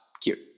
cute